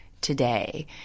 today